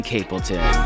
Capleton